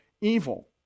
evil